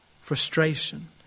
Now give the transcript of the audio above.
frustration